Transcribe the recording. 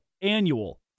annual